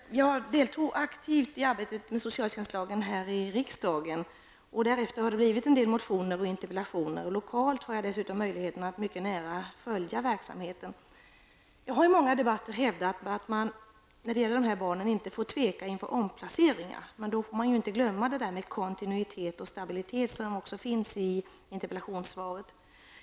Jag deltog aktivt i arbetet med socialtjänstlagen här i riksdagen. Därefter har det väckts en del motioner och ställts interpellationer, och jag har dessutom möjlighet att lokalt mycket nära följa verksamheten. Jag har i många debatter hävdat att man när det gäller dessa barn inte får tveka inför omplaceringar. Men man får inte glömma detta med kontinuitet och stabilitet, som också framhålls i interpellationssvaret.